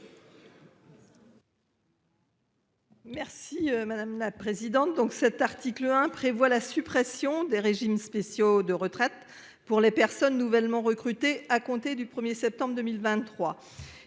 Merci madame la présidente. Donc cet article 1 prévoit la suppression des régimes spéciaux de retraite pour les personnes nouvellement recrutés à compter du 1er septembre 2023.